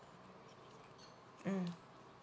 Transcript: mm